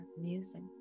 music